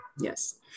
Yes